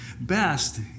best